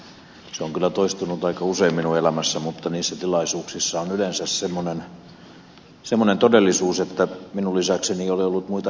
se on kyllä toistunut aika usein minun elämässäni mutta niissä tilaisuuksissa on yleensä semmoinen todellisuus että minun lisäkseni ei ole ollut muita eläviä paikalla kun olen puhunut mutta sopii näin